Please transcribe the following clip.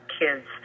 kids